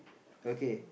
okay